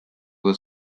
will